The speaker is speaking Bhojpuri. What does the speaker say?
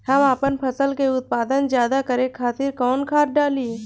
हम आपन फसल में उत्पादन ज्यदा करे खातिर कौन खाद डाली?